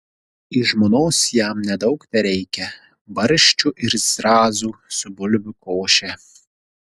iš žmonos jam nedaug tereikia barščių ir zrazų su bulvių koše